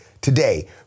today